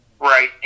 Right